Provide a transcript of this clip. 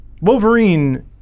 Wolverine